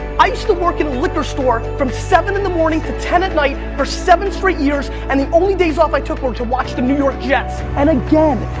i used to work in a liquor store from seven in the morning to ten at night for seven straight years. and the only days off i took were to watch the new york jets. and again,